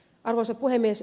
arvoisa puhemies